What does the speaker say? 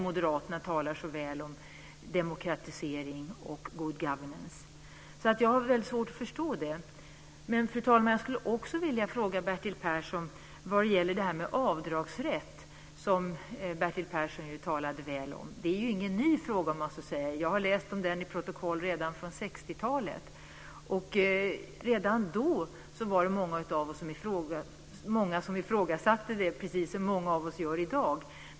Moderaterna talar ju så väl om demokratisering och good governance. Jag har väldigt svårt att förstå detta. Sedan undrar jag, Bertil Persson, kring detta med avdragsrätt som Bertil Persson talade så väl om. Detta är ingen ny fråga. Jag har läst om det i protokoll från 1960-talet. Redan då var det många som ifrågasatte detta; precis som många av oss gör i dag.